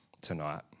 tonight